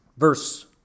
Verse